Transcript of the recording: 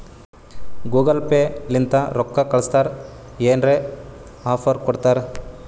Google Pay ಲಿಂತ ರೊಕ್ಕಾ ಕಳ್ಸುರ್ ಏನ್ರೆ ಆಫರ್ ಕೊಡ್ತಾರ್